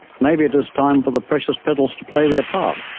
maybe it is time for the precious petals to play their part.